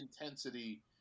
intensity